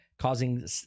Causing